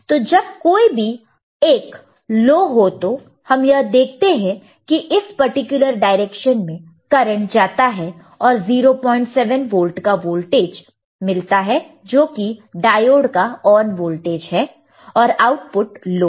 तो जब कोई भी 1 लो हो तो हम यह देखते हैं कि इस पर्टिकुलर डायरेक्शन में करंट जाता है और 07 वोल्ट का वोल्टेज मिलता है जो कि डायोड का ON वोल्टेज है और आउटपुट लो है